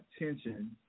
attention